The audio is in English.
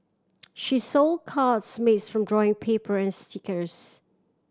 she sold cards made from drawing paper and stickers